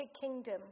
Kingdom